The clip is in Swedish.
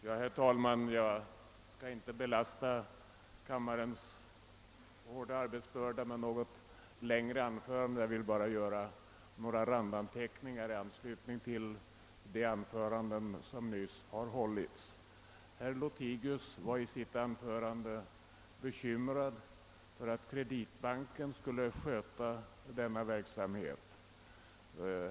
Herr talman! Jag skall inte belasta kammarens tunga arbetsbörda med något längre anförande, men jag vill göra några randanmärkningar till de anföranden som nyss har hållits. Herr Lothigius var bekymrad för att Kreditbanken skulle sköta denna verksamhet.